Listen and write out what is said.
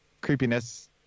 creepiness